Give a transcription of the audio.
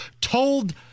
told